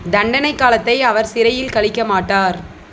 தண்டனைக் காலத்தை அவர் சிறையில் கழிக்கமாட்டார்